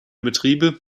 betriebe